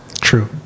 true